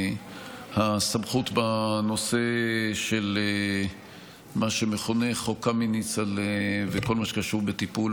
הסמכות בנושא של מה שמכונה חוק קמיניץ וכל מה שקשור בטיפול